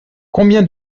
combien